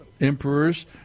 emperors